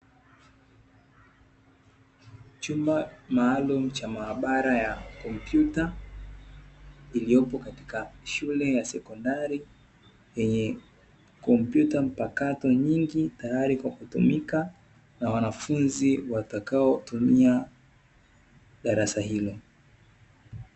Chumba maalum cha mahabara ya compyuta iliyopo katika shule ya sekondari yenye kompyuta mpakato, nyingi tayari kwa kutumika na wanafunzi watakao tumia darasa hilo.